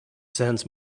sense